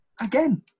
again